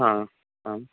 हा आम्